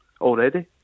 Already